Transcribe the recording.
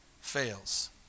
fails